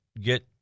get